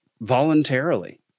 voluntarily